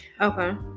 okay